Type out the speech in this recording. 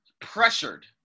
pressured